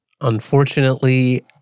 Unfortunately